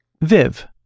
Viv